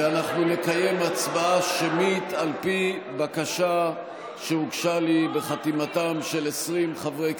ואנחנו נקיים הצבעה שמית על פי בקשה שהוגשה לי בחתימתם של 20 חברי כנסת.